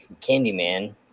Candyman